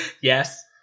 Yes